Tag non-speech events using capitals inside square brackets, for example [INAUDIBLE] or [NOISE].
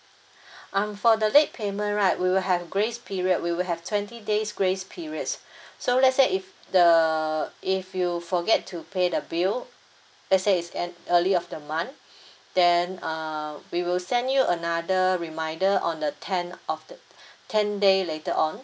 [BREATH] um for the late payment right we will have grace period we will have twenty days grace periods [BREATH] so let's say if the if you forget to pay the bill let's say is an early of the month [BREATH] then err we will send you another reminder on the tenth of the ten day later on